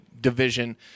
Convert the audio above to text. division